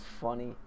funny